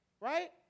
right